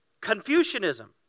Confucianism